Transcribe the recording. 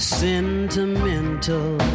sentimental